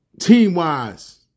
team-wise